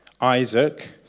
Isaac